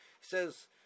says